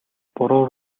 буруу